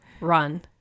run